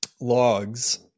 logs